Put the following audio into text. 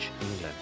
England